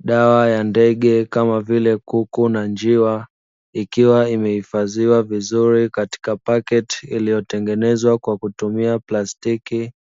Dawa ya ndege kama vile kuku na njiwa ikiwa imeifadhiwa vizuri katika pakiti iliyotengenezwa kwa kutumia plastiki,